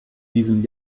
diesem